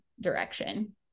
direction